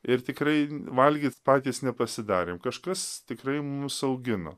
ir tikrai valgyt patys nepasidarėm kažkas tikrai mus augino